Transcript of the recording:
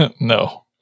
No